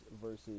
versus